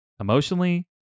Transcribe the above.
emotionally